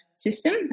system